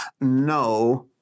No